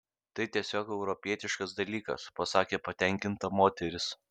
tai tiesiog europietiškas dalykas pasakė patenkinta moteris